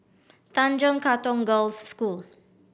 Tanjong Katong Girls' School